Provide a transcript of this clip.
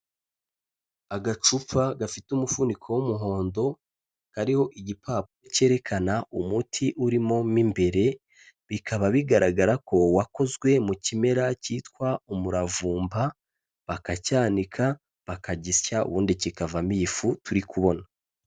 Agacupa gafite umufuniko w'umuhondo, kariho igipapu cyerekana umuti urimo mo imbere, bikaba bigaragara ko wakozwe mu kimera cyitwa umuravumba, bakacyanika, bakagisya, ubundi kikavamo iy'ifu turi kubona.